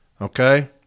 Okay